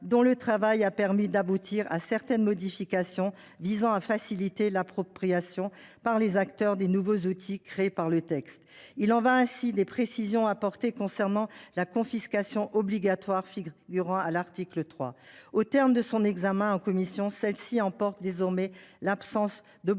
Son travail a permis d’aboutir à certaines modifications visant à faciliter l’appropriation par les acteurs des nouveaux outils créés par le texte. Il en va ainsi des précisions apportées concernant la confiscation obligatoire figurant à l’article 3. Au terme de son examen en commission, celle ci emporte désormais l’absence d’obligation